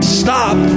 stop